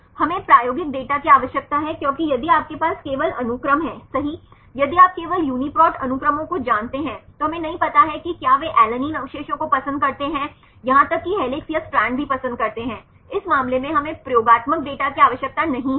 हमें प्रायोगिक डेटा की आवश्यकता है क्योंकि यदि आपके पास केवल अनुक्रम हैंसही यदि आप केवल UniProt अनुक्रमों को जानते हैं तो हमें नहीं पता है कि क्या वे अलनीने अवशेषों को पसंद करते हैं यहां तक कि हेलिक्स या स्ट्रैंड भी पसंद करते हैं इस मामले में हमें प्रयोगात्मक डेटा की आवश्यकता नहीं है